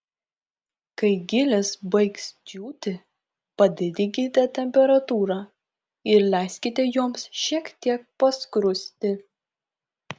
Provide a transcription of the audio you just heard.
kai gilės baigs džiūti padidinkite temperatūrą ir leiskite joms šiek tiek paskrusti